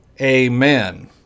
amen